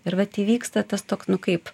ir vat įvyksta tas toks nu kaip